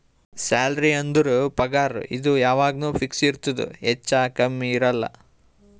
salary ಅಂದುರ್ ಪಗಾರ್ ಇದು ಯಾವಾಗ್ನು ಫಿಕ್ಸ್ ಇರ್ತುದ್ ಹೆಚ್ಚಾ ಕಮ್ಮಿ ಇರಲ್ಲ